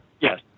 Yes